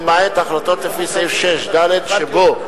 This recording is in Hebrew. למעט החלטות לפי סעיף 6(ד) שבו.